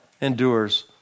endures